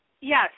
Yes